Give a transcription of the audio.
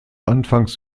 anfangs